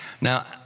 Now